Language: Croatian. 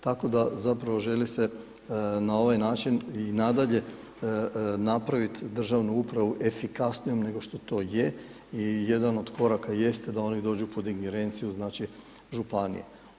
Tako da, zapravo želi se na ovaj način i nadalje napraviti državnu upravu efikasnijom nego što to je i jedan od koraka jeste da oni dođu pod ingerenciju znači županija.